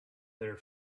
their